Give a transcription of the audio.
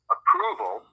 Approval